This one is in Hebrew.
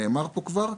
נאמר פה כבר,